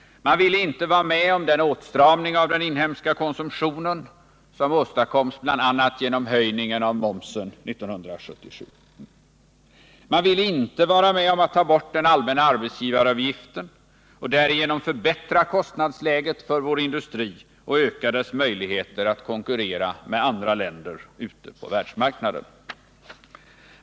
Man ville inte vara med om den åtstramning av den inhemska konsumtionen som åstadkoms bl.a. genom höjningen av momsen 1977. Man ville inte vara med om att ta bort den allmänna arbetsgivaravgiften och därigenom förbättra kostnadsläget för vår industri och öka dess möjligheter att konkurrera med andra länder ute på världsmarknaden.